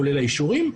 כולל האישורים,